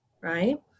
right